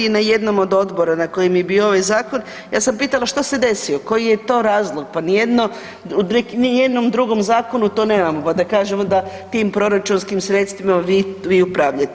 I na jednom od odbora na kojem je bio ovaj zakon, ja sam pitala – što se desilo, koji je to razlog – pa ni u jednom drugom zakonu to nemamo pa da kažemo da tim proračunskim sredstvima vi upravljate.